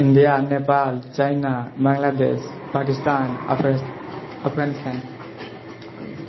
India Nepal China Bangladesh Pakistan अफ अफगानिस्तान